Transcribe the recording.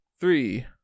three